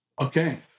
Okay